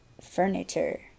furniture